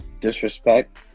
disrespect